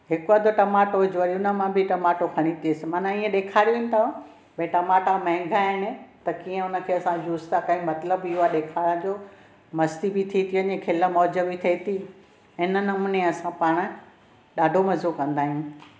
हिकु अधि टमाटो विझु वरी हुन मां बि टमाटो खड़ी चएसि माने हीअ ॾेखारिनि था भइ टमाटा महंगा आहिनि त कीअं असां हुन खे यूज़ था करियूं मतिलब इहो आ ॾेखारणु जो मस्ती बि थी वञे खिल मौज बि थिए थी हिन नमूने असां पाण ॾाढो मज़ो कंदा आहियूं